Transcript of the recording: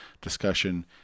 discussion